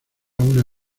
una